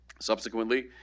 subsequently